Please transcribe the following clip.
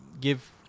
give